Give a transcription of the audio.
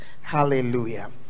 hallelujah